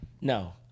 No